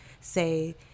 say